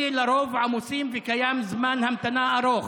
אלה לרוב עמוסים ויש זמן המתנה ארוך,